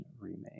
remake